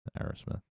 Aerosmith